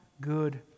good